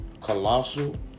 Colossal